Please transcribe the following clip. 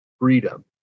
Freedom